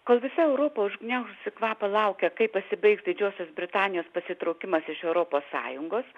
kol visa europa užgniaužusi kvapą laukia kaip pasibaigs didžiosios britanijos pasitraukimas iš europos sąjungos